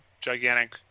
gigantic